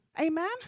amen